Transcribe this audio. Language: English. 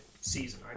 season